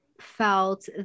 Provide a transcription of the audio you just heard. felt